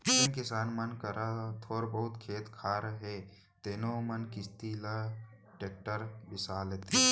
जेन किसान मन करा थोर बहुत खेत खार हे तेनो मन किस्ती म टेक्टर बिसा लेथें